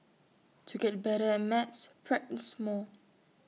to get better at maths practise more